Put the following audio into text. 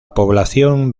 población